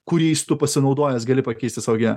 kuriais tu pasinaudojęs gali pakeisti savo gyve